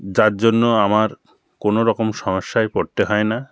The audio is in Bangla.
যার জন্য আমার কোনো রকম সমস্যায় পড়তে হয় না